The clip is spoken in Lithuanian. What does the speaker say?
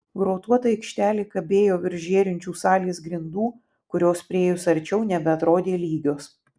grotuota aikštelė kabėjo virš žėrinčių salės grindų kurios priėjus arčiau nebeatrodė lygios